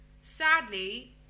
sadly